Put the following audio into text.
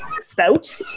spout